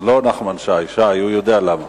לא נחמן שי, שי, הוא יודע למה.